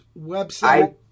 website